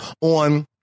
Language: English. on